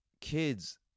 kids